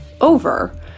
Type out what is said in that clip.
over